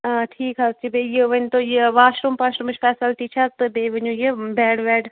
آ ٹھیٖک حظ چھُ بیٚیہِ یہِ ؤنۍ تو یہِ واشروٗم پاشروٗمٕچ فیسَلٹی چھا تہٕ بیٚیہِ ؤنِو یہِ بیٚڈ ویٚڈ